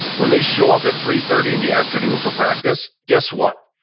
when they show up at three thirty in the afternoon for practice, guess what?